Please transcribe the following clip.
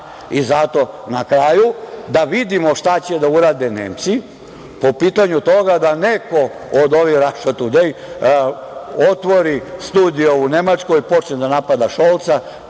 Zato, na kraju da vidimo šta će da urade Nemci po pitanju toga da neko od ovih „Raša tudej“ otvori studio u Nemačkoj, počne da napada Šolca,